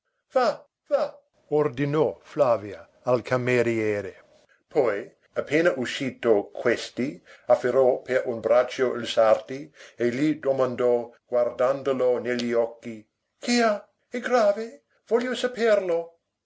va ordinò flavia al cameriere poi appena uscito questi afferrò per un braccio il sarti e gli domandò guardandolo negli occhi che ha è grave voglio saperlo